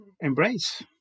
embrace